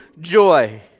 Joy